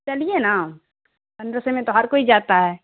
چلیے نا پندرہ سو میں تو ہر کوئی جاتا ہے